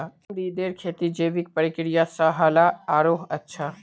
तमरींदेर खेती जैविक प्रक्रिया स ह ल आरोह अच्छा